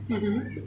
mmhmm